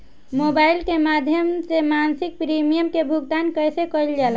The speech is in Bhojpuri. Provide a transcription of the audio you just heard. मोबाइल के माध्यम से मासिक प्रीमियम के भुगतान कैसे कइल जाला?